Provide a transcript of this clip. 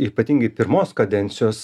ypatingai pirmos kadencijos